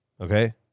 okay